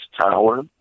tower